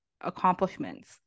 accomplishments